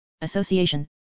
association